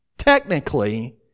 Technically